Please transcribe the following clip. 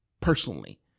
personally